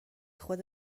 خود